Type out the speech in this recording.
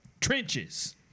trenches